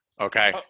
Okay